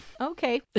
Okay